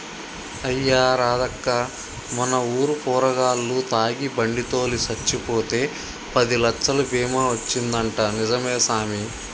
అయ్యా రాదక్కా మన ఊరు పోరగాల్లు తాగి బండి తోలి సచ్చిపోతే పదిలచ్చలు బీమా వచ్చిందంటా నిజమే సామి